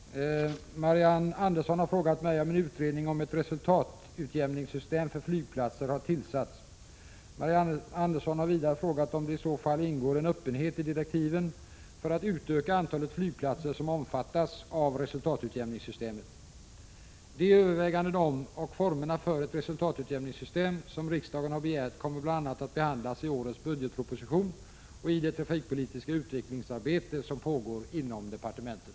Herr talman! Marianne Andersson har frågat mig om en utredning om ett resultatutjämningssystem för flygplatser har tillsatts. Marianne Andersson har vidare frågat om det i så fall ingår en öppenhet i direktiven för att utöka antalet flygplatser som omfattas av resultatutjämningssystemet. De överväganden om och formerna för ett resultatutjämningssystem som riksdagen begärt kommer bl.a. att behandlas i årets budgetproposition och i det trafikpolitiska utvecklingsarbete som pågår inom departementet.